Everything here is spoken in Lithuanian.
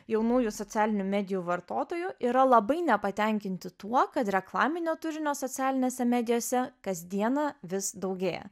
jaunųjų socialinių medijų vartotojų yra labai nepatenkinti tuo kad reklaminio turinio socialinėse medijose kasdieną vis daugėja